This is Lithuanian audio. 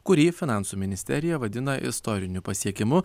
kurį finansų ministerija vadina istoriniu pasiekimu